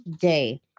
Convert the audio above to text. day